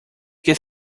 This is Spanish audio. que